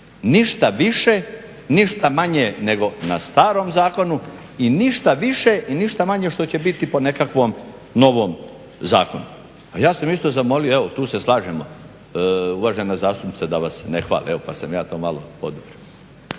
Ništa više, ništa manje nego na starom zakonu i ništa više i ništa manje što će biti po nekakvom novom zakonu. Ja sam isto zamolio, evo tu se slažemo uvažena zastupnica da vas ne hvali. Evo pa sam ja to malo podupro.